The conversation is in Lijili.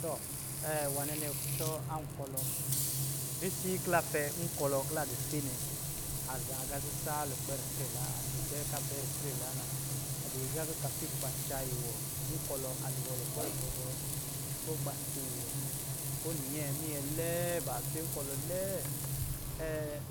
Tɔ, nwanɛ kcɔ ankɔlɔ. Risi ki la pɛ nkɔlɔ ki la di swe nɛ, a zaa agā sisaa lukpɛ ritre la, a di bɛ ka bel ritre la na. A di agā kɔ̄ kafi kuba tsa iwɔ, nkɔlɔ a di bɔ lukpɛ rubɔ bɔ kuba tsiiwɔ, ko ni nyɛ, minyɛ lɛɛ ba swe nkɔlɔ lɛɛ.